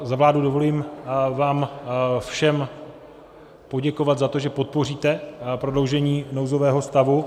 Za vládu si dovolím vám všem poděkovat za to, že podpoříte prodloužení nouzového stavu.